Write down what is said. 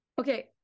Okay